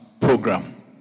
program